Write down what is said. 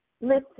listen